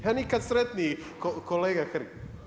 Ja nikad sretniji kolega Hrg.